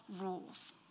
rules